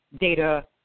data